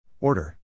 Order